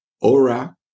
aura